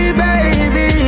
baby